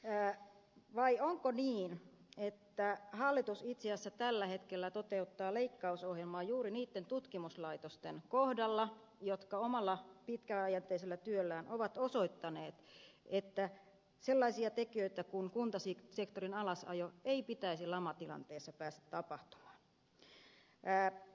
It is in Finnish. vai onko niin että hallitus itse asiassa tällä hetkellä toteuttaa leikkausohjelmaa juuri niitten tutkimuslaitosten kohdalla jotka omalla pitkäjänteisellä työllään ovat osoittaneet että sellaisia tekijöitä kuin kuntasektorin alasajo ei pitäisi lamatilanteessa päästä tapahtumaan